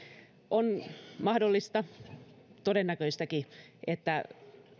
on mahdollista todennäköistäkin että